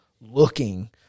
looking